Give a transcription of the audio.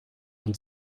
man